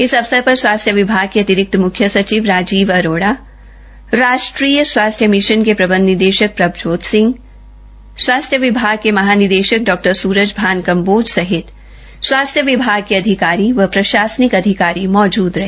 इस अवसर पर स्वास्थ्य विभाग के अतिरिक्त मुख्य सचिव राजीव अरोड़ा राष्ट्रीय स्वास्थ्य मिषन के प्रबंध निदेषक प्रभजोत सिंह स्वास्थ्य विभाग के महानिदेषक डॉ सुरजभान कम्बोज सहित स्वास्थ्य विभाग के अधिकारी व प्रषासनिक अधिकारी मौजूद रहे